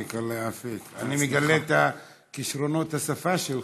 (אומר בערבית: תהיה בריא.) אני מגלה את כישרונות השפה שלך.